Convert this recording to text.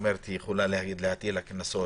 כלומר היא יכולה להטיל קנסות,